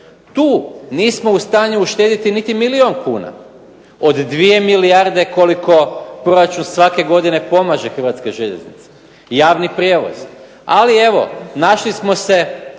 Tu nismo u stanju uštedjeti niti milijun kuna. Od dvije milijarde koliko proračun pomaže Hrvatske željeznice, javni prijevoz, ali evo našli smo